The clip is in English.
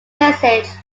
message